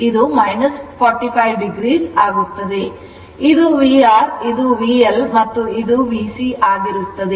ಇದು VR ಇದು VL ಮತ್ತು VC ಆಗಿರುತ್ತದೆ